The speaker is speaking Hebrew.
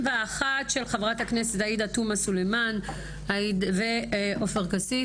של חברי הכנסת עאידה תומא סלימאן ועופר כסיף.